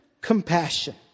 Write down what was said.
compassion